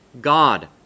God